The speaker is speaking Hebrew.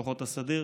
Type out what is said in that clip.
כוחות הסדיר.